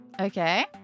Okay